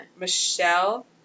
Michelle